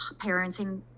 parenting